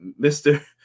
Mr